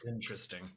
interesting